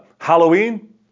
Halloween